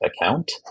account